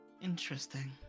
interesting